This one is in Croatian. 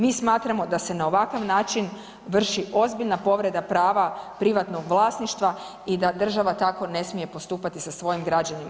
Mi smatramo da se na ovakav način vrši ozbiljna povreda prava privatnog vlasništva i da država tako ne smije postupati sa svojim građanima.